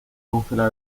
congela